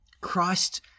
Christ